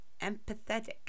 empathetic